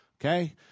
Okay